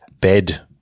Bed